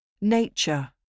Nature